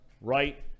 right